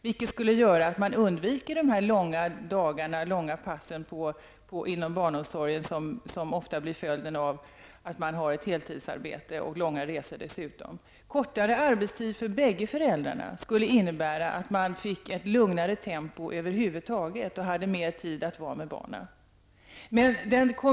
Detta skulle göra att man undviker de långa passen inom barnomsorgen som ofta blir följden av att föräldrarna har ett heltidsarbete och långa resor dessutom. Kortare arbetstid för bägge föräldrar skulle innebära ett lugnare tempo över huvud taget. Man skulle ha mer tid att vara tillsammans med barnen.